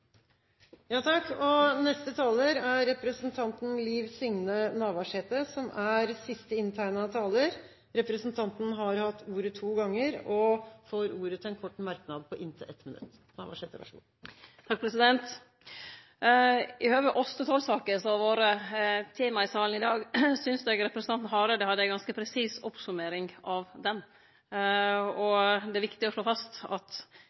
Representanten Liv Signe Navarsete har hatt ordet to ganger og får ordet til en kort merknad, begrenset til 1 minutt. I høve ostetollsaker, som har vore tema i salen i dag, synest eg representanten Hareide hadde ei ganske presis oppsummering av det. Det er viktig å slå fast at